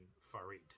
Farid